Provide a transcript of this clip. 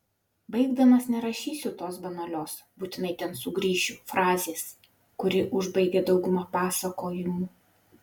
baigdamas nerašysiu tos banalios būtinai ten sugrįšiu frazės kuri užbaigia daugumą pasakojimų